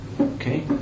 Okay